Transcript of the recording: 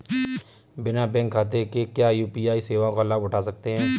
बिना बैंक खाते के क्या यू.पी.आई सेवाओं का लाभ उठा सकते हैं?